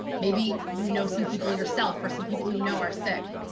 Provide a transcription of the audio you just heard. maybe, you know, some people yourself, for some people, you know, are sick.